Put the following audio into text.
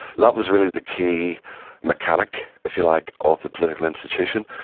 that was really the key mechanic, if you like, of the political institution.